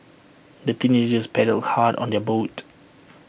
the teenagers paddled hard on their boat